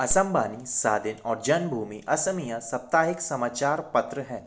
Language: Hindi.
असम बानी सादिन और जन्मभूमि असमिया साप्ताहिक समाचार पत्र हैं